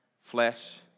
flesh